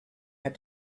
had